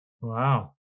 Wow